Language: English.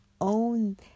own